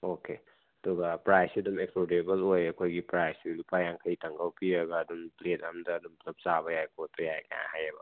okay ꯑꯗꯨꯒ ꯄ꯭ꯔꯥꯏꯁꯁꯦ ꯑꯗꯨꯝ ꯑꯦꯐꯣꯔꯗꯦꯕꯜ ꯑꯣꯏꯌꯦ ꯑꯩꯈꯣꯏꯒꯤ ꯄ꯭ꯔꯥꯏꯁꯁꯤ ꯂꯨꯄꯥ ꯌꯥꯡꯈꯩꯇꯪꯒ ꯄꯤꯔꯒ ꯑꯗꯨꯝ ꯄ꯭ꯂꯦꯠ ꯑꯃꯗ ꯑꯗꯨꯝ ꯄꯨꯜꯂꯞ ꯆꯥꯕ ꯌꯥꯏ ꯄꯣꯠꯇꯣ ꯌꯥꯏ ꯀꯥꯏꯅ ꯍꯥꯏꯌꯦꯕ